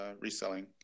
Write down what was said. reselling